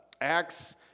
Acts